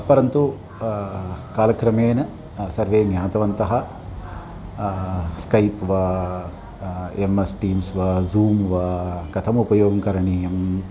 परन्तु कालक्रमेण सर्वे ज्ञातवन्तः स्कैप् वा एम् एस् डिम्स् वा ज़ूम् वा कथम् उपयोगं करणीयम्